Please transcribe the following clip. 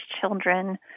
children